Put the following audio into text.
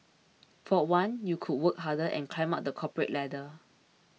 for one you could work harder and climb up the corporate ladder